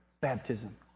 baptism